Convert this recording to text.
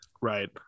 Right